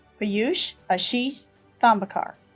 peeyush ashish thombare